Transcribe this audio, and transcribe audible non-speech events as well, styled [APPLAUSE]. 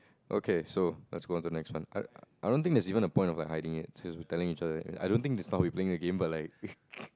okay so let's go on to the next one I I don't think there's even a point of hiding it since we telling each other and I don't think that's how we're playing a game but like [LAUGHS]